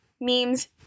memes